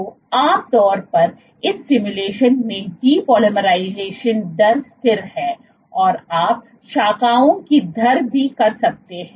तो आमतौर पर इस सिमुलेशन में depolymerization दर स्थिर है और आप शाखाओं की दर भी कर सकते हैं